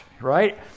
right